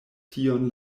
tion